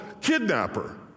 kidnapper